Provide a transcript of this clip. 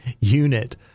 unit